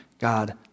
God